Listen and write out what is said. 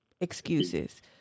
excuses